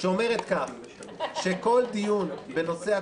שאומרת שכל דיון בנושא הקורונה,